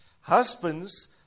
Husbands